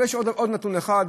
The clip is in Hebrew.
אבל יש עוד נתון אחד,